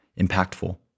impactful